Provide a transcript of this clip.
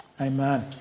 Amen